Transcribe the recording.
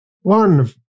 one